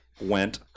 went